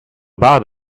bad